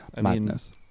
Madness